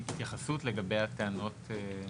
התייחסות לגבי הטענות?